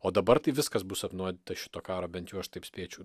o dabar tai viskas bus apnuodyta šito karo bent jau aš taip spėčiau